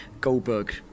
Goldberg